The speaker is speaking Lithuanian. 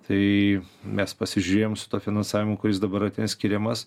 tai mes pasižiūrėjom su tuo finansavimu kuris dabar skiriamas